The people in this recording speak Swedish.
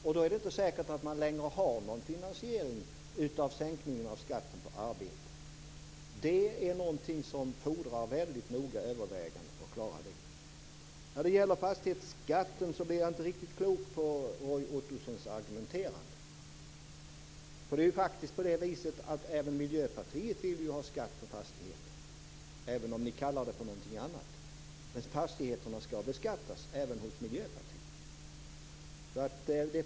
Det är då inte säkert att man längre har någon finansiering av sänkningen av skatten på arbete. För att klara det fordras väldigt noga överväganden. När det gäller fastighetsskatten blir jag inte riktigt klok på Roy Ottossons argumenterande. Även Miljöpartiet vill ju ha skatt på fastigheter, även om ni kallar det för någonting annat. Men fastigheterna skall beskattas även hos Miljöpartiet.